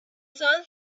sun